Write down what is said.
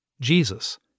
Jesus